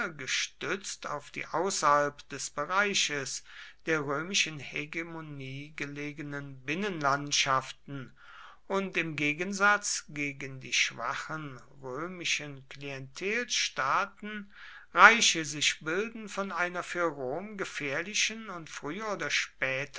gestützt auf die außerhalb des bereiches der römischen hegemonie gelegenen binnenlandschaften und im gegensatz gegen die schwachen römischen klientelstaaten reiche sich bilden von einer für rom gefährlichen und früher oder später